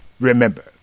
remember